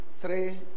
three